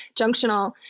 junctional